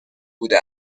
بوده